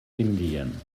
indien